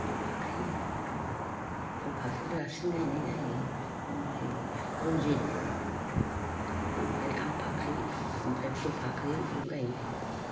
फुल फाख्रि रासिन गाइनाय जायो ओमफ्राय रन्जित ओमफ्राय आमपाख्रि ओमफ्राय फुलफाख्रि बेखौ गाइयो